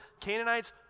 Canaanites